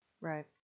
Right